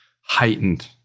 heightened